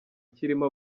kirimo